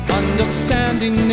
understanding